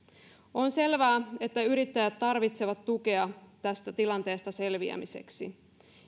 on selvää että yrittäjät tarvitsevat tukea tästä tilanteesta selviämiseksi